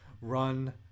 run